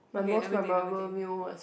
okay let me think let me think